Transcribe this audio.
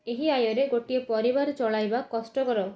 ଏହି ଆୟରେ ଗୋଟିଏ ପରିବାର ଚଳାଇବା କଷ୍ଟକର